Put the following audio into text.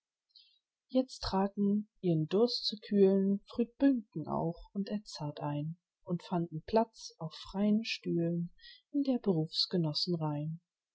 jetzt traten ihren durst zu kühlen früd buncken auch und edzard ein und fanden platz auf freien stühlen in der